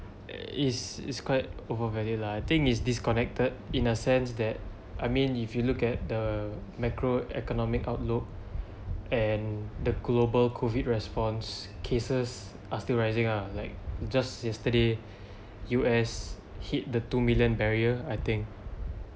it's is quite overvalue lah I think is disconnected in a sense that I mean if you look at the macroeconomic outlook and the global COVID response cases are still rising ah like just yesterday U_S hit the two million barrier I think